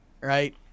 right